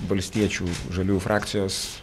valstiečių žaliųjų frakcijos